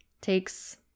takes